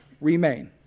remain